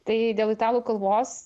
tai dėl italų kalbos